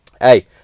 Hey